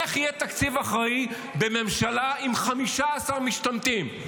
איך יהיה תקציב אחראי בממשלה עם 15 משתמטים,